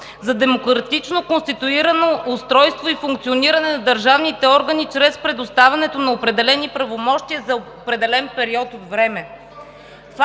за демократично конституирано устройство и функциониране на държавните органи, чрез предоставянето на определени правомощия за определен период от време.